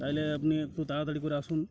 তাহলে আপনি একটু তাড়াতাড়ি করে আসুন